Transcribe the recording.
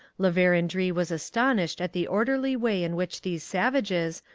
la verendrye was astonished at the orderly way in which these savages,